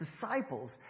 disciples